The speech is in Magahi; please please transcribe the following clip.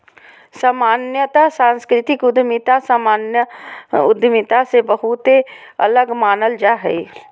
सामान्यत सांस्कृतिक उद्यमिता सामान्य उद्यमिता से बहुते अलग मानल जा हय